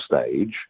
stage